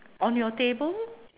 on your table